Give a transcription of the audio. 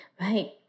Right